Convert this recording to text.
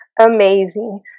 Amazing